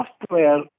software